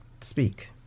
speak